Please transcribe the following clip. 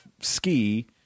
ski